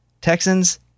Texans